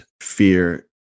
fear